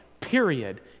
period